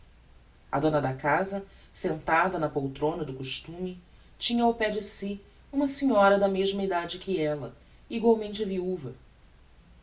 a dona da casa sentada na poltrona do costume tinha ao pé de si uma senhora da mesma edade que ella egualmente viuva